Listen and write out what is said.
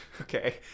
okay